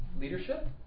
leadership